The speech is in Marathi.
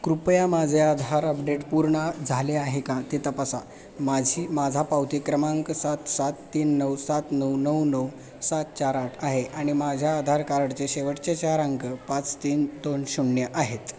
कृपया माझे आधार अपडेट पूर्ण झाले आहे का ते तपासा माझी माझा पावती क्रमांक सात सात तीन नऊ सात नऊ नऊ नऊ सात चार आठ आहे आणि माझ्या आधार कार्डचे शेवटचे चार अंक पाच तीन दोन शून्य आहेत